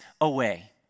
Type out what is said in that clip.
away